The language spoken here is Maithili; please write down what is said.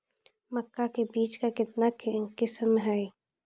मक्का के बीज का कितने किसमें हैं?